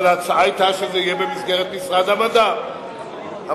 אבל ההצעה היתה שזה יהיה במסגרת משרד המדע והטכנולוגיה.